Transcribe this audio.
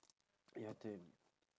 your turn